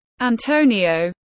Antonio